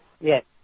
Yes